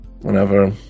whenever